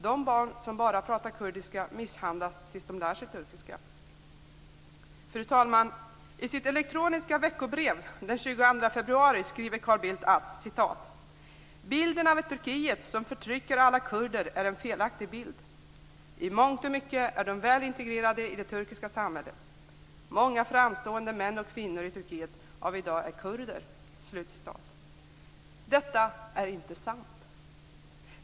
De barn som bara pratar kurdiska misshandlas tills de lär sig turkiska. Fru talman! I sitt elektroniska veckobrev den 22 februari skriver Carl Bildt: "Bilden av ett Turkiet som förtrycker alla kurder är en felaktig bild. I mångt och mycket är de väl integrerade i det turkiska samhället. Många framstående män och kvinnor i Turkiet av i dag är kurder." Detta är inte sant.